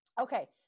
okay